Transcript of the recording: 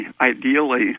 ideally